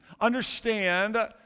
Understand